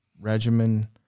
regimen